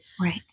Right